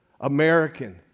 American